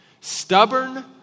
Stubborn